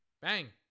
Bang